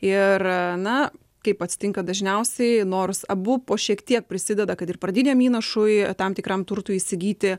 ir na kaip atsitinka dažniausiai nors abu po šiek tiek prisideda kad ir pradiniam įnašui tam tikram turtui įsigyti